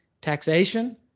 Taxation